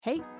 Hey